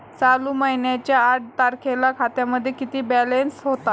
चालू महिन्याच्या आठ तारखेला खात्यामध्ये किती बॅलन्स होता?